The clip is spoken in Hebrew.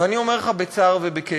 ואני אומר לך בצער ובכאב,